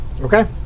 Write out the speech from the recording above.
Okay